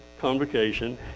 convocation